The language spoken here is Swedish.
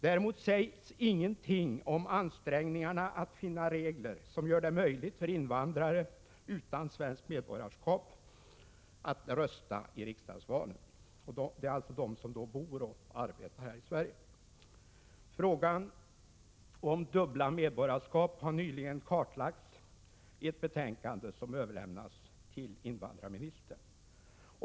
Däremot sägs ingenting om ansträngningarna att finna regler som gör det möjligt för invandrare utan svenskt medborgarskap att rösta i riksdagsval. Det är alltså människor som bor och arbetar i Sverige. Frågan om dubbla medborgarskap har nyligen kartlagts i ett betänkande som överlämnats till invandrarministern.